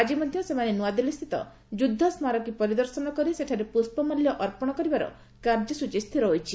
ଆଜି ମଧ୍ୟ ସେମାନେ ନୂଆଦିଲ୍ଲୀ ସ୍ଥିତ ଯୁଦ୍ଧ ସ୍ମାରକୀ ପରିଦର୍ଶନ କରି ସେଠାରେ ପୁଷ୍ପମାଲ୍ୟ ଅର୍ପଣ କରିବାର କାର୍ଯ୍ୟସୂଚୀ ସ୍ଥିର ହୋଇଛି